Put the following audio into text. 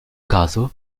caso